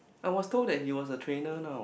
I was told that we was a trainer now